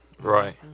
Right